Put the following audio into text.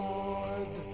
Lord